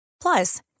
Plus